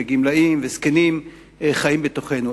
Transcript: גמלאים וזקנים חיים בתוכנו.